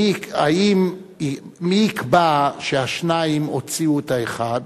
מי יקבע שהשניים הוציאו את האחד